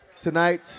tonight